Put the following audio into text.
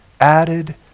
added